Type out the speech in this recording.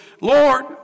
Lord